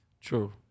True